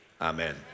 amen